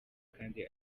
kandi